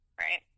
right